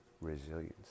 resilience